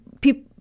people